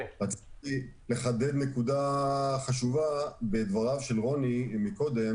רציתי לחדד נקודה חשובה בדבריו של רוני קודם